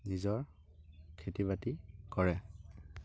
নিজৰ খেতি বাতি কৰে